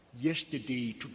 yesterday